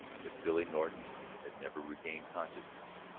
that billy norton had never regained consciousness.